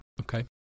Okay